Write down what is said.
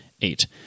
eight